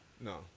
No